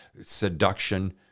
seduction